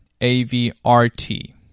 AVRT